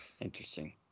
Interesting